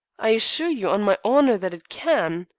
i assure you, on my honor, that it can.